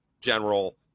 general